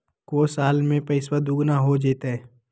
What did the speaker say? को साल में पैसबा दुगना हो जयते?